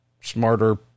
smarter